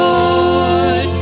Lord